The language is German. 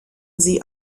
sie